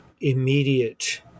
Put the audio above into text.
immediate